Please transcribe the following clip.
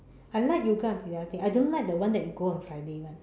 I like yoga and Pilates I don't like the one that you go on Friday [one]